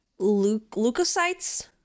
Leukocytes